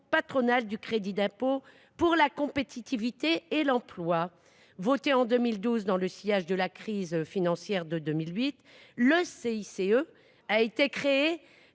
place du crédit d’impôt pour la compétitivité et l’emploi (CICE). Voté en 2012 dans le sillage de la crise financière de 2008, le CICE a été créé